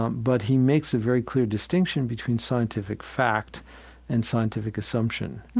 um but he makes a very clear distinction between scientific fact and scientific assumption.